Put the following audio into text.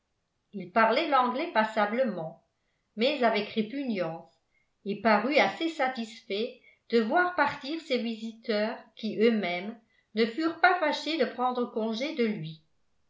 il parlait l'anglais passablement mais avec répugnance et parut assez satisfait de voir partir ses visiteurs qui eux-mêmes ne furent pas fâchés de prendre congé de lui